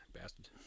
Bastard